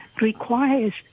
requires